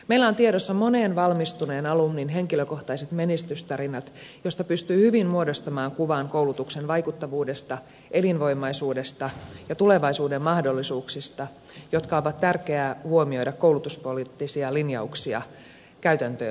meillä on tiedossa monen valmistuneen alumnin henkilökohtaiset menestystarinat joista pystyy hyvin muodostamaan kuvan koulutuksen vaikuttavuudesta elinvoimaisuudesta ja tulevaisuuden mahdollisuuksista jotka on tärkeää huomioida koulutuspoliittisia linjauksia käytäntöön saatettaessa